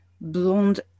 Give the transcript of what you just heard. blonde